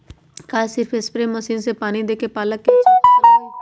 का सिर्फ spray machine से पानी देके पालक के अच्छा फसल होई?